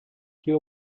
hier